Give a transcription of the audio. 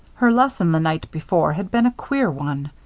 her lesson the night before had been a queer one.